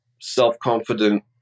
self-confident